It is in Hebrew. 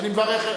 אני מברך.